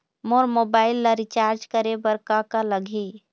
मोर mobile ला recharge करे बर का का लगही?